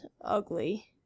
ugly